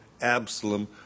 Absalom